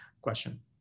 question